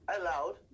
allowed